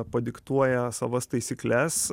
padiktuoja savas taisykles